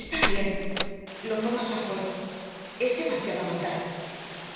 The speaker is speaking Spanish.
está bien lo tomas a juego es demasiada maldad